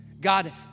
God